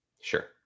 Sure